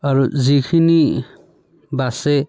আৰু যিখিনি বাচে